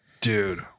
Dude